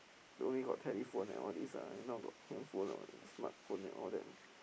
you only got telephone and all these lah then now got handphone or smartphone and all that